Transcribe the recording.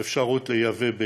אפשרות לייבא,